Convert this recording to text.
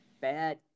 bad